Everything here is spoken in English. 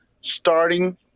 starting